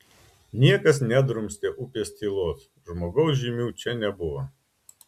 niekas nedrumstė upės tylos žmogaus žymių čia nebuvo